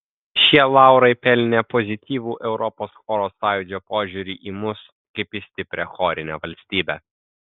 šie laurai pelnė pozityvų europos choro sąjūdžio požiūrį į mus kaip į stiprią chorinę valstybę